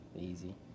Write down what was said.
easy